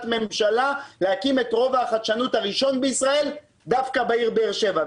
ממשלה להקים את רובע החדשות הראשון בישראל דווקא בעיר באר שבע,